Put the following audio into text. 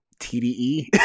TDE